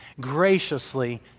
graciously